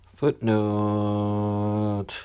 Footnote